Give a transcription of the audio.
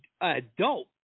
adult